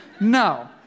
No